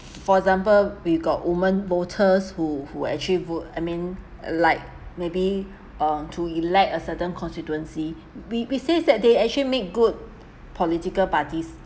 for example we got women voters who who actually vote I mean like maybe um to elect a certain constituency we we see that they actually make good political parties